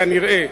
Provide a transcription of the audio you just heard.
כנראה: